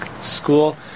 School